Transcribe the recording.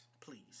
Please